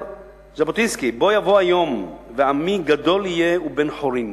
ז'בוטינסקי אומר: "בוא יבוא היום ועמי גדול יהיה ובן-חורין,